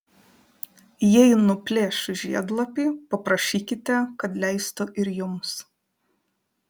jei nuplėš žiedlapį paprašykite kad leistų ir jums